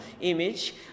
image